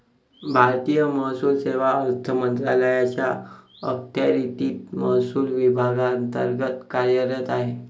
भारतीय महसूल सेवा अर्थ मंत्रालयाच्या अखत्यारीतील महसूल विभागांतर्गत कार्यरत आहे